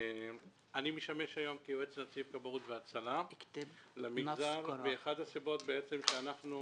אני משמש היום כיועץ נציב כבאות והצלה למגזר ואחת הסיבות שאנחנו